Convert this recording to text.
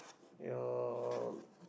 your